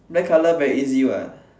black colour very easy what